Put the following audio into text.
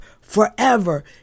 forever